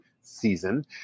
season